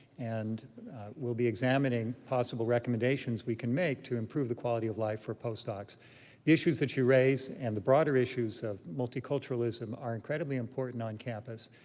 and we'll be examining possible recommendations we can make to improve the quality of life for postdocs. the issues that you raise and the broader issues of multiculturalism are incredibly important on campus.